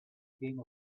game